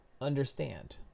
understand